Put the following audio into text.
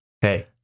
hey